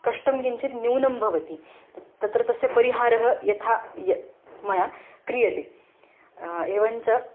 कष्टं किञ्चित् न्यूनं भवति तत् तत्र तस्य परिहारः यथा य मया क्रियते एवञ्च